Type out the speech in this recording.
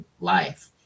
life